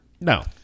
No